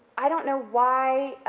i don't know why,